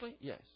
Yes